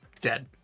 dead